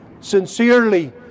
sincerely